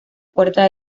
puerta